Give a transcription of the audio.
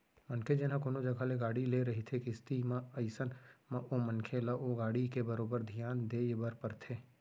मनखे जेन ह कोनो जघा ले गाड़ी ले रहिथे किस्ती म अइसन म ओ मनखे ल ओ गाड़ी के बरोबर धियान देय बर परथे